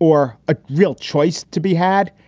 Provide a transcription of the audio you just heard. or a real choice to be had,